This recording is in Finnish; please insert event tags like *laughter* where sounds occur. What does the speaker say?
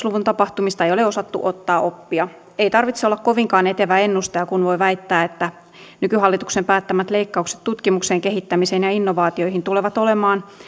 *unintelligible* luvun tapahtumista ei ole osattu ottaa oppia ei tarvitse olla kovinkaan etevä ennustaja kun voi väittää että nykyhallituksen päättämät leikkaukset tutkimukseen kehittämiseen ja innovaatioihin tulevat olemaan